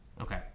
Okay